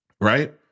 right